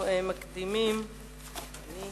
לנפגעי פעולות איבה (תיקון מס'